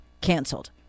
canceled